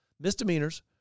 misdemeanors